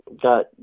got